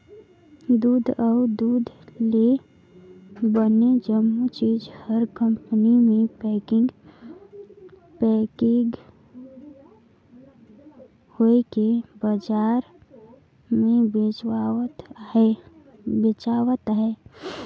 दूद अउ दूद ले बने जम्मो चीज हर कंपनी मे पेकिग होवके बजार मे बेचावत अहे